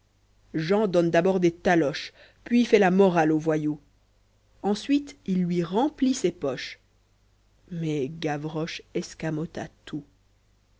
jean donne d'abord des taloches puis fait la morale au voyou ensuite il lui remplit ses poches mais gavroche escamota tout